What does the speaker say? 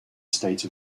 state